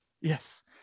yes